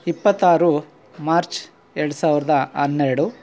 ಇಪ್ಪತ್ತಾರು ಮಾರ್ಚ್ ಎರಡು ಸಾವಿರದ ಹನ್ನೆರಡು